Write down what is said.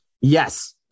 Yes